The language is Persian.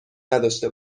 نداشته